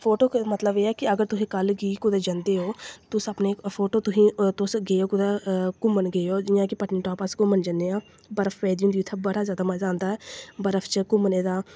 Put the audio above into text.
photo मतलब एह् ऐ कि अगर तुसें कल गी कुतै जंदे ओ तुस अपनी फोटो तुसें तुस गे ओ कुतै घूमन गे ओ जियां कि पत्नीटॉप अस घूमन जन्ने आं बर्फ पेदी होंदी उत्थें बड़ा जादा मज़ा आंदा ऐ बर्फ च घूमने दा